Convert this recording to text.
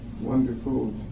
wonderful